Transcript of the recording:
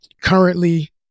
currently